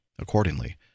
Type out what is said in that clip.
Accordingly